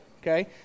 okay